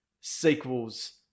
sequels